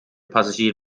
passagier